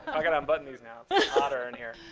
and i've got to unbutton these now. it's hotter in here.